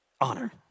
Honor